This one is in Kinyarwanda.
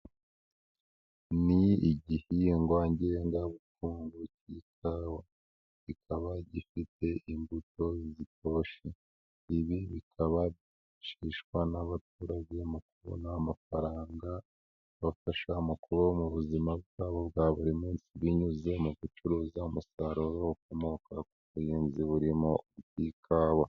Ni igihingwa ngengabukungu cy'ikawa kikaba gifite imbuto zitoshye, ibi bikaba byifashishwa n'abaturage mu kubona amafaranga abafasha mu kubaho mu buzima bwabo bwa buri munsi binyuze mu gucuruza umusaruro ukomoka ku buhinzi burimo ikawa.